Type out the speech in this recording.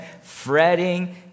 fretting